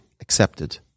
accepted